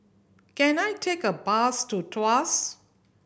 can I take a bus to Tuas